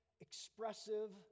expressive